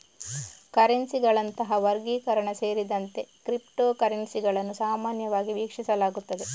ಕರೆನ್ಸಿಗಳಂತಹ ವರ್ಗೀಕರಣ ಸೇರಿದಂತೆ ಕ್ರಿಪ್ಟೋ ಕರೆನ್ಸಿಗಳನ್ನು ಸಾಮಾನ್ಯವಾಗಿ ವೀಕ್ಷಿಸಲಾಗುತ್ತದೆ